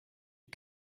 you